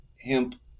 hemp